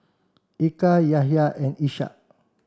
Eka Yahya and Ishak